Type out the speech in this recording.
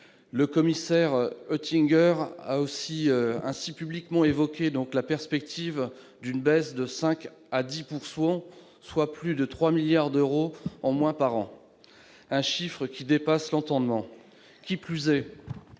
Günther Oettinger a ainsi publiquement évoqué la perspective d'une baisse de 5 à 10 % de ce budget, soit plus de 3 milliards d'euros de moins par an, un chiffre qui dépasse l'entendement. Qui plus est,